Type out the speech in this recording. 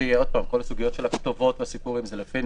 כל סוגיות הכתובות והסיפורים זה לפי